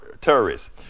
terrorists